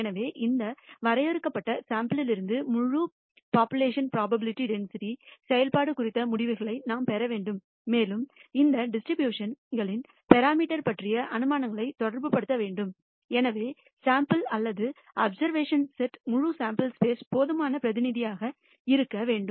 எனவே இந்த வரையறுக்கப்பட்ட சாம்பிள்லிருந்து முழு போப்புலேஷன் புரோபாபிலிடி டென்சிட்டி செயல்பாடு குறித்த முடிவுகளை நாம் பெற வேண்டும் மேலும் இந்த டிஸ்ட்ரிபியூஷன் ங்களின் பராமீட்டர் பற்றிய அனுமானங்களையும் தொடர்பு படுத்த வேண்டும் எனவே சாம்பிள் அல்லது அப்சர்வேஷன் செட் முழு சேம்பிள் ஸ்பேஸ் போதுமான பிரதிநிதியாக இருக்க வேண்டும்